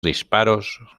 disparos